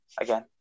again